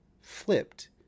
flipped